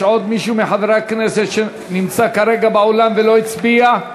יש עוד מישהו מחברי הכנסת שנמצא כרגע באולם ולא הצביע?